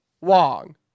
Wong